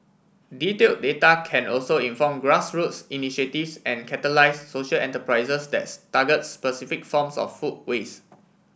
detail data can also inform grassroots initiatives and catalyse social enterprises that's target specific forms of food waste